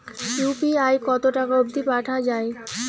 UPI কতো টাকা অব্দি পাঠা যায়?